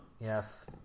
yes